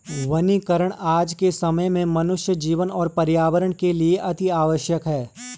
वनीकरण आज के समय में मनुष्य जीवन और पर्यावरण के लिए अतिआवश्यक है